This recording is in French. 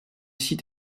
site